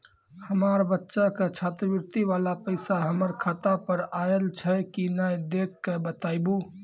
हमार बच्चा के छात्रवृत्ति वाला पैसा हमर खाता पर आयल छै कि नैय देख के बताबू?